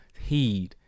heed